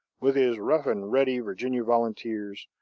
with his rough-and-ready virginia volunteers,